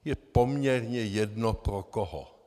Je poměrně jedno pro koho.